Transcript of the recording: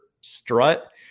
strut